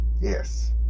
Yes